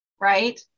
Right